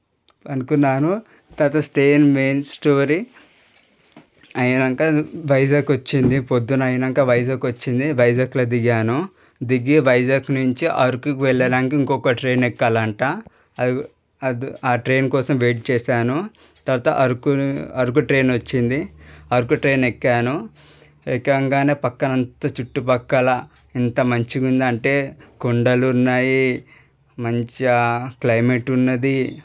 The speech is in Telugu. పండుకున్నాను తర్వాత స్టే ఇన్ మెయిన్ స్టోరీ అయినాక వైజాగ్ వచ్చింది పొద్దున అయినాక వైజాగ్ వచ్చింది వైజాగ్లో దిగాను దిగి వైజాగ్ నుంచి అరకుకు వెళ్ళడానికి ఇంకొక ట్రైన్ ఎక్కాలి అంట అది ఆ ట్రైన్ కోసం వెయిట్ చేశాను తర్వాత అరకు అరకు ట్రైన్ వచ్చింది అరకు ట్రైన్ ఎక్కాను ఎక్కంగానే పక్కన అంతా చుట్టుపక్కల ఎంత మంచిగా ఉందంటే కొండలు ఉన్నాయి మంచిగా క్లైమేట్ ఉన్నది